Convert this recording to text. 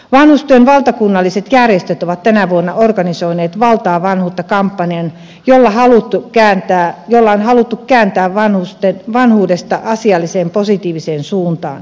vanhustyön valtakunnalliset järjestöt ovat tänä vuonna organisoineet valtaa vanhuus kampanjan jolla on haluttu kääntää keskustelu vanhuudesta asialliseen ja positiiviseen suuntaan